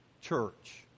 church